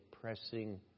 pressing